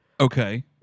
Okay